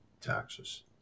taxes